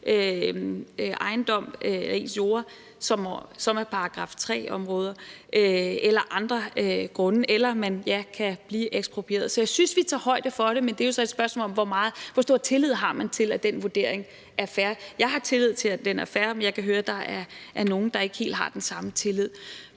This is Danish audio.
del af ens jorde, som er § 3-områder, eller det kan være andre af grunde, eller for at blive eksproprieret. Så jeg synes, vi tager højde for det, men det er så et spørgsmål, hvor stor tillid man har til, at den vurdering er fair. Jeg har tillid til, at den er fair, men jeg kan høre, at der er nogle, der ikke helt har den samme tillid.